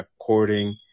according